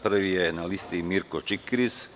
Prvi na listi je Mirko Čikiriz.